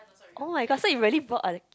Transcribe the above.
[oh]-my-god so you really bought a